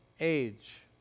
age